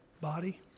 body